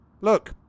Look